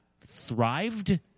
thrived